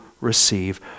receive